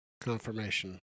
confirmation